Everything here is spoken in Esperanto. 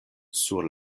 sur